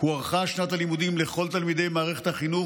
הוארכה שנת הלימודים לכל תלמידי מערכת החינוך,